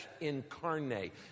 incarnate